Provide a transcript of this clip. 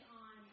on